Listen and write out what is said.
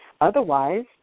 Otherwise